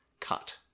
Cut